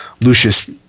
Lucius